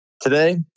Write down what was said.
today